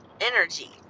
energy